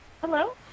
Hello